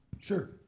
Sure